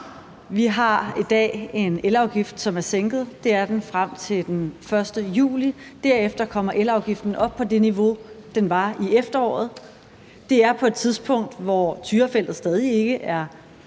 Vi har i dag en elafgift, som er sænket, og det er den frem til den 1. juli. Derefter kommer elafgiften op på det niveau, den var på i efteråret. Det er på et tidspunkt, hvor Tyrafeltet stadig ikke er